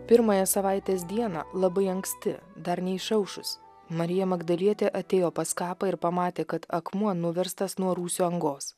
pirmąją savaitės dieną labai anksti dar neišaušus marija magdalietė atėjo pas kapą ir pamatė kad akmuo nuverstas nuo rūsio angos